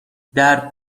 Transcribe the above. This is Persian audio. درد